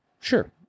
Sure